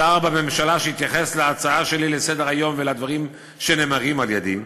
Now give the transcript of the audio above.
שר בממשלה שיתייחס להצעה שלי לסדר-היום ולדברים שנאמרים על-ידי,